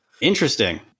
Interesting